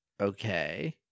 Okay